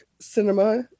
cinema